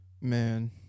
man